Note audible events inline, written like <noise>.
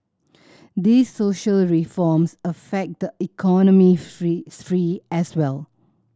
these social reforms affect the economic <unintelligible> sphere as well